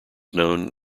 known